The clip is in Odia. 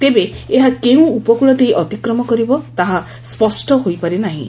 ତେବେ ଏହା କେଉଁ ଉପକୁଳ ଦେଇ ଅତିକ୍ରମ କରିବ ତାହା ସ୍ୱଷ୍ ହୋଇପାରି ନାହିଁ